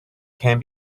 can